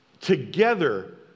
together